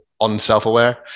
unself-aware